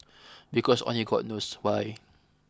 because only god knows why